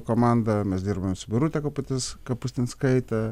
komanda mes dirbame su birute kaputis kapustinskaite